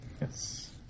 Yes